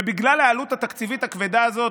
ובגלל העלות התקציבית הכבדה הזאת,